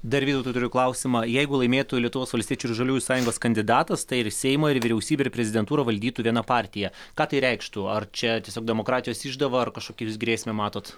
dar vytautui turiu klausimą jeigu laimėtų lietuvos valstiečių ir žaliųjų sąjungos kandidatas tai ir seimą ir vyriausybę ir prezidentūrą valdytų viena partija ką tai reikštų ar čia tiesiog demokratijos išdava ar kažkokią jūs grėsmę matot